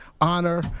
honor